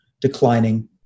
declining